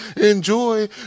enjoy